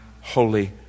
holy